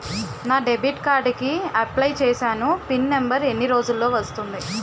నా debit card కి apply చూసాను పిన్ నంబర్ ఎన్ని రోజుల్లో వస్తుంది?